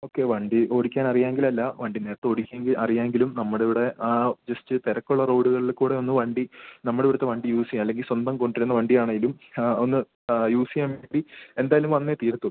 okay വണ്ടി ഓടിക്കാനറിയാമെങ്കിലല്ല വണ്ടി നേരത്തെ ഓടിക്കെങ്കിൽ അറിയാമെങ്കിലും നമ്മുടെ ഇവിടെ ജസ്റ്റ് തിരക്കുള്ള റോഡ്കൾൽ കൂടെ ഒന്ന് വണ്ടി നമ്മളിവിടുത്തെ വണ്ടി യൂസ് ചെയ്യുക അല്ലെങ്കിൽ സ്വന്തം കൊണ്ടുവരുന്ന വണ്ടിയാണെങ്കിലും ഹാ ഒന്ന് യൂസ് ചെയ്യാൻ വേണ്ടി എന്തായാലും വന്നേ തീരത്തുള്ളൂ